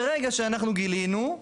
ברגע שאנחנו גילינו,